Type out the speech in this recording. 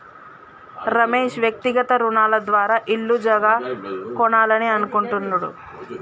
రమేష్ వ్యక్తిగత రుణాల ద్వారా ఇల్లు జాగా కొనాలని అనుకుంటుండు